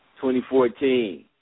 2014